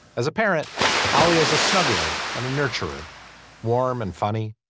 as a parent ali as a smuggler and a nurturer warm and funny.